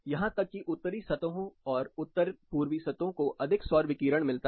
यहां तक कि उत्तरी सतहों और उत्तर पूर्वी सतहों को अधिक सौर विकिरण मिलता है